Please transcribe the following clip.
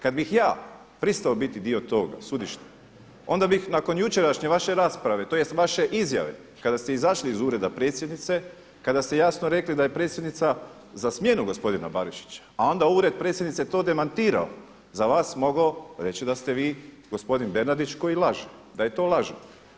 Kad bih ja pristao biti dio toga sudišta, onda bih nakon jučerašnje vaše rasprave, tj. vaše izjave kada ste izašli iz Ureda predsjednice, kada ste jasno rekli da je predsjednica za smjenu gospodina Barišića, a onda Ured predsjednice to demantirao za vas mogao reći da ste vi gospodin Bernardić koji laže, da je to laž.